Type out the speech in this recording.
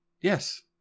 yes